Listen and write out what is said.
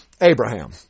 Abraham